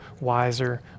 wiser